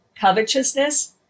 covetousness